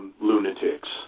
lunatics